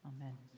Amen